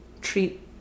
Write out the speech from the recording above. treat